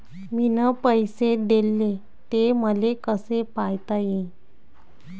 मिन पैसे देले, ते मले कसे पायता येईन?